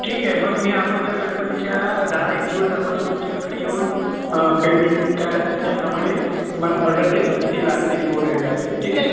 ठीक आहे मग मी अगोदर गणपतीच्या दहा एक दिवस अगोदर तुमच्याकडे येऊन पेमेंट काय असेल त्याप्रमाणे तुम्हाला ऑर्डर देतो किती लागतील क् वगैरे काय ते ठीक आहे